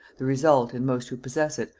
the result, in most who possess it,